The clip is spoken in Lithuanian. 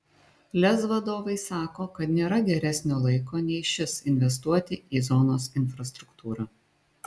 lez vadovai sako kad nėra geresnio laiko nei šis investuoti į zonos infrastruktūrą